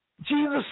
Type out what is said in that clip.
Jesus